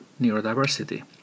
neurodiversity